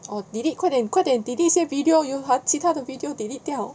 oh delete 快点快点 delete 先 video 有其他的 video delete 掉